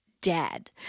dead